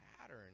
pattern